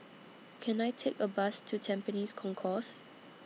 Can I Take A Bus to Tampines Concourse